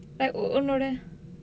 but ஒன்னோட:onnoda